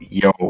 yo